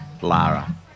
Lara